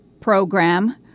program